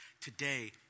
today